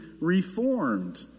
reformed